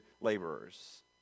laborers